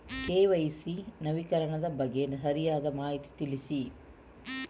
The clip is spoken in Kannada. ಕೆ.ವೈ.ಸಿ ನವೀಕರಣದ ಬಗ್ಗೆ ಸರಿಯಾದ ಮಾಹಿತಿ ತಿಳಿಸಿ?